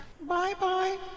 Bye-bye